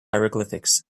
hieroglyphics